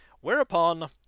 Whereupon